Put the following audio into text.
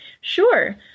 Sure